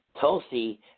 Tulsi